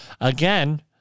Again